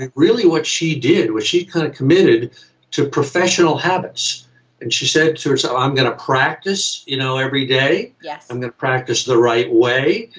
really what she did was she kind of committed to professional habits and she said to herself, i'm gonna practice, you know, every day. yeah i'm gonna practice the right way,